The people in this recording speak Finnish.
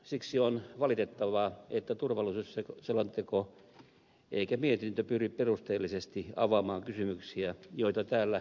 siksi on valitettavaa ettei turvallisuusselonteko eikä mietintö pyri perusteellisesti avaamaan kysymyksiä joita täällä ed